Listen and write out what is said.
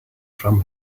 from